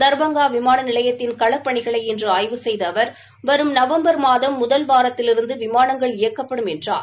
தர்பங்கா விமான நிலையத்தின் களப்பணிகளை இன்று ஆய்வு செய்த அவர் வரும் நவம்பர் மாதம் முதல் வாரத்திலிருந்து விமானங்கள் இயக்கப்படும் என்றார்